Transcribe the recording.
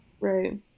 Right